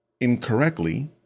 incorrectly